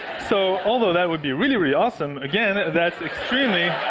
so, although that would be really, really awesome, again, that's extremely,